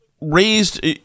raised